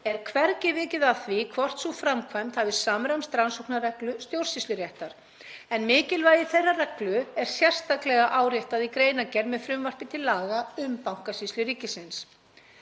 er hvergi vikið að því hvort sú framkvæmd hafi samræmst rannsóknarreglu stjórnsýsluréttar en mikilvægi þeirrar reglu er sérstaklega áréttað í greinargerð með frumvarpi til laga um Bankasýslu ríkisins.